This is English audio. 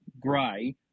grey